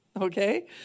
Okay